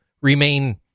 remain